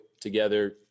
together